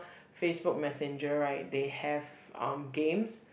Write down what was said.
Facebook messenger right they have um games